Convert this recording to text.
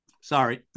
Sorry